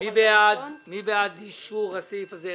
מי בעד אישור הסעיף הזה?